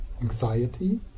anxiety